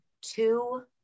two